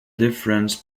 difference